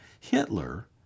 Hitler